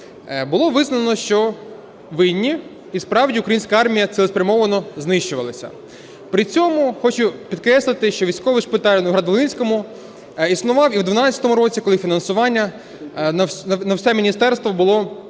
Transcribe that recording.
Було вияснено, що винні, і справді, українська армія цілеспрямовано знищувалася. При цьому хочу підкреслити, що військовий шпиталь у Новоград-Волинському існував і в 2012 році, коли фінансування на все міністерство було